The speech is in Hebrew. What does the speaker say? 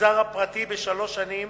למגזר הפרטי בשלוש שנים,